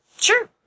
Sure